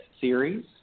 series